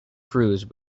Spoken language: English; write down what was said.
cruise